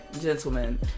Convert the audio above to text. gentlemen